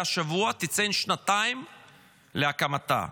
שהשבוע תציין שנתיים להקמתה.